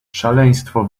szaleństwo